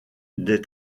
des